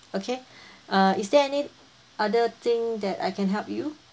okay uh is there any other thing that I can help you